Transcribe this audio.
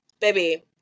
Baby